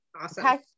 Awesome